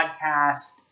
podcast